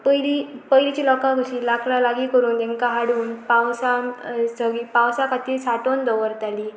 पयलीं पयलींची लोकां कशी लांकडां लागीं करून तांकां हाडून पावसां सगळीं पावसा खातीर सांठोवन दवरताली